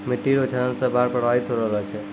मिट्टी रो क्षरण से बाढ़ प्रभावित होय रहलो छै